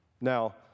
Now